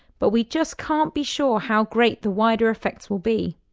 but we just can't be sure how great the wider effects will be.